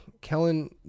Kellen